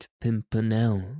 pimpernel